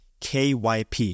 KYP